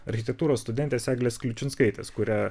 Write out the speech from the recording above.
architektūros studentės eglės kliučinskaitės kurią